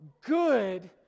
good